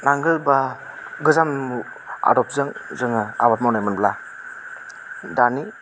नांगोल बा गोजाम आदबजों जोङो आबाद मावनायमोनब्ला दानि